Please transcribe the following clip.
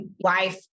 life